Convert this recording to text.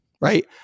right